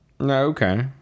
Okay